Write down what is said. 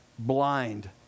blind